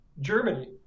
germany